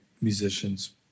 musicians